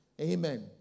Amen